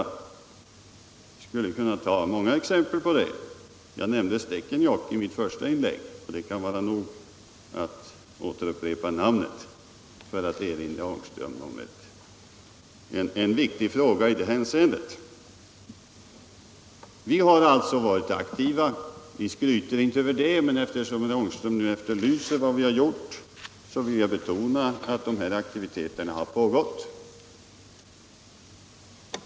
Jag skulle kunna ta många exempel på det. I mitt första inlägg nämnde jag Stekenjokk, och det kan räcka med att upprepa det namnet för att erinra herr Ångström om en viktig fråga i detta sammanhang. Vi har varit aktiva. Vi skryter inte med det, men eftersom herr Ångström nu efterlyste vad vi gjort vill jag betona att aktiviteter har pågått.